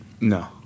No